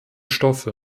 stoffe